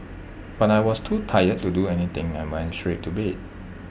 but I was too tired to do anything and went straight to bed